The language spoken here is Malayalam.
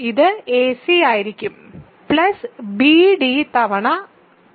ഇത് ac ആയിരിക്കും bd തവണ 2